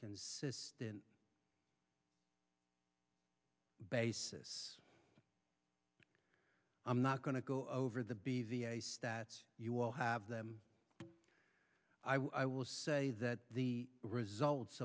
consistent basis i'm not going to go over the stats you will have them i will say that the results